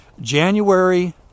January